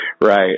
right